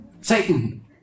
Satan